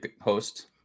host